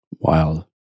Wild